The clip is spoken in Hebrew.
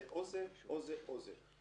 זה או זה או זה או זה.